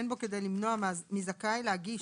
אין בו כדי למנוע מזכאי להגיש